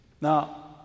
Now